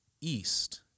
east